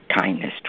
kindness